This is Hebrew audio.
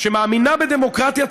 שמאמינה בדמוקרטיה,